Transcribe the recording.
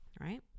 Right